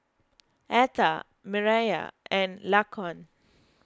Etha Mireya and Laquan